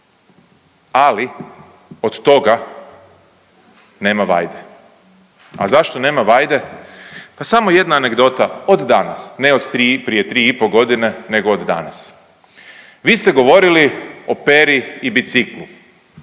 ali od toga nema vajde, a zašto nema vajde, pa samo jedna anegdota od danas, ne od 3, prije 3 i po godine nego od danas. Vi ste govorili o Peri i biciklu